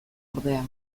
ordea